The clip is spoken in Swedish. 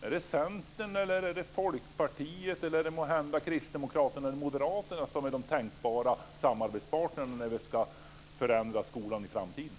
Är det Centern eller Folkpartiet, eller måhända Kristdemokraterna eller Moderaterna, som är tänkbara samarbetspartner när skolan ska förändras i framtiden?